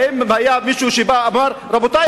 האם היה מישהו בא ואמר: רבותי,